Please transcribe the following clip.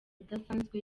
idasanzwe